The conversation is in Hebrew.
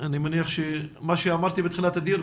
אני מניח שמה שאמרתי בתחילת הדיון,